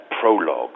prologue